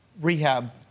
rehab